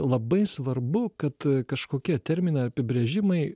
labai svarbu kad kažkokie terminai ar apibrėžimai